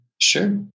Sure